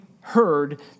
heard